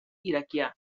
iraquià